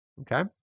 Okay